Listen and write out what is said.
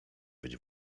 być